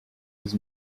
his